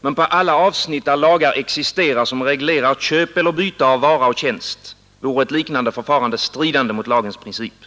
Men på alla avsnitt där lagar existerar, som reglerar köp eller byte av vara och tjänst, vore ett liknande förfarande stridande mot lagens princip.